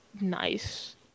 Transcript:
nice